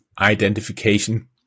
identification